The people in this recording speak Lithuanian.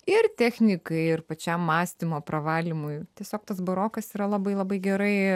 ir technikai ir pačiam mąstymo pravalymui tiesiog tas barokas yra labai labai gerai